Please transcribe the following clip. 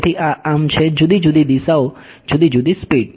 તેથી આ આમ છે જુદી જુદી દિશાઓ જુદી જુદી સ્પીડ